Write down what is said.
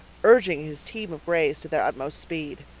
urging his team of grays to their utmost speed.